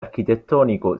architettonico